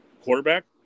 quarterback